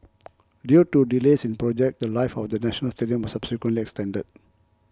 due to delays in the project the Life of the National Stadium was subsequently extended